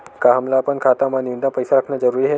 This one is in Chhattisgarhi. का हमला अपन खाता मा न्यूनतम पईसा रखना जरूरी हे?